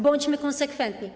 Bądźmy konsekwentni.